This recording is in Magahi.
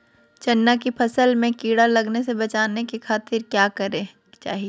चना की फसल में कीड़ा लगने से बचाने के खातिर की करे के चाही?